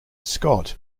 scott